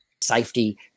Safety